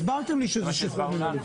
זה מה שהסברתם לי, שזה שחרור מנהלי.